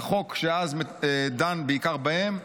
החוק דאז דן בעיקר בהם.